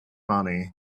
money